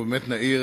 ונעיר